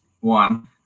one